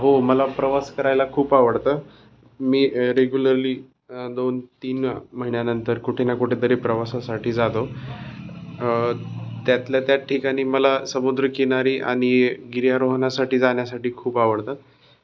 हो मला प्रवास करायला खूप आवडतं मी रेग्युलरली दोन तीन महिन्यानंतर कुठे ना कुठे तरी प्रवासासाठी जातो त्यातल्या त्यात ठिकाणी मला समुद्रकिनारी आणि गिर्यारोहणासाठी जाण्यासाठी खूप आवडतं